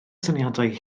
syniadau